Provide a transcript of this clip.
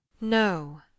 No